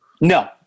No